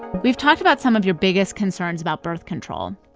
we've talked about some of your biggest concerns about birth control.